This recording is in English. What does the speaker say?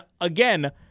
again